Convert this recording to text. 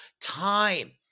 time